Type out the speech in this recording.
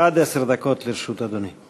עד עשר דקות לרשות אדוני.